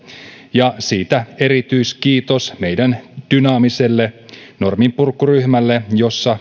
ja siitä erityiskiitos meidän dynaamiselle norminpurkuryhmälle jossa